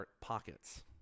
pockets